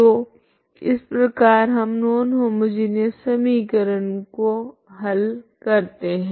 तो इस प्रकार हम नॉन होमोजिनिऔस समीकरण को हल करते है